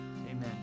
Amen